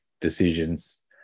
decisions